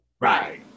Right